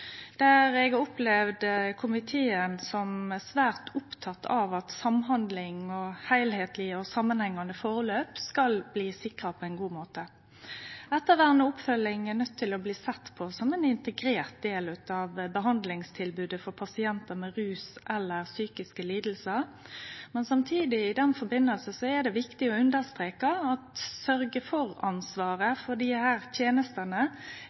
Eg har opplevd komiteen som svært oppteken av at samhandling og heilskaplege og samanhengande forløp skal sikrast på ein god måte. Ein er nøydd til å sjå på ettervern og oppfølging som ein integrert del av behandlingstilbodet til pasientar med rusproblem eller psykiske lidingar. Samtidig er det viktig å understreke at sørgje-for-ansvaret for desse tenestene